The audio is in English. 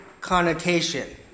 connotation